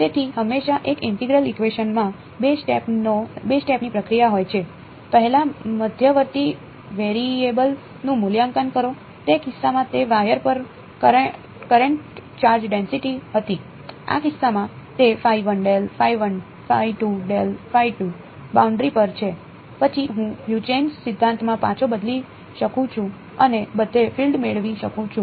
તેથી હંમેશા એક ઇન્ટેગ્રલ ઇકવેશનમાં 2 સ્ટેપ ની પ્રક્રિયા હોય છે પહેલા મધ્યવર્તી વેરિયેબલ નું મૂલ્યાંકન કરો તે કિસ્સામાં તે વાયર પર કરેંટ ચાર્જ ડેન્સિટિ હતી આ કિસ્સામાં તે બાઉન્ડરી પર છે પછી હું હ્યુજેન્સ સિદ્ધાંતમાં પાછો બદલી શકું છું અને બધે ફીલ્ડ મેળવી શકું છુ